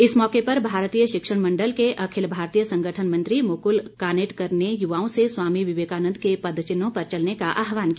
इस मौके पर भारतीय शिक्षण मण्डल के अखिल भारतीय संगठन मंत्री मुकुल कानिटकर ने युवाओं से स्वामी विवेकानन्द के पदचिन्हों पर चलने का आह्वान किया